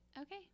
Okay